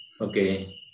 Okay